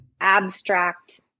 abstract